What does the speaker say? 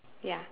ya